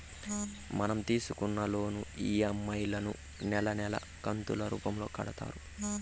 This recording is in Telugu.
మనం తీసుకున్న లోను ఈ.ఎం.ఐ లను నెలా నెలా కంతులు రూపంలో కడతారు